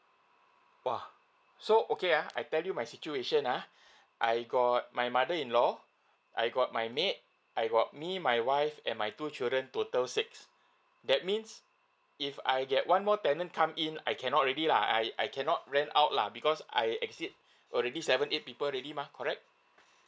!wah! so okay uh I tell you my situation uh I got my mother in law I got my maid I got me my wife and my two children total six that means if I get one more tenant come in I cannot already lah I I cannot rent out lah because I exceed already seven eight people already mah correct